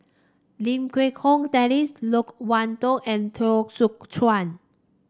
Lim Quee Hong Daisy Loke Wan Tho and Teo Soon Chuan